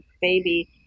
baby